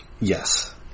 Yes